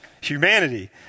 humanity